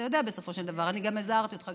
אתה יודע, בסופו של דבר, אני גם הזהרתי אותך.